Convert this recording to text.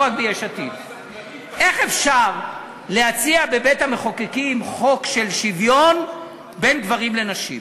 איך אפשר להציע בבית-המחוקקים חוק של שוויון בין גברים לנשים?